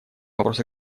вопрос